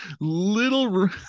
Little